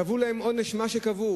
קבעו להם כעונש מה שקבעו,